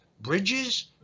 bridges